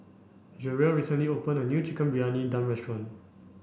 Jeryl recently opened a new Chicken Briyani Dum restaurant